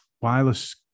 wireless